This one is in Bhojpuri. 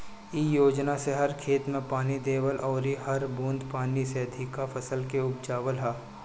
इ योजना से हर खेत में पानी देवल अउरी हर बूंद पानी से अधिका फसल के उपजावल ह